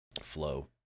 Flow